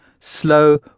slow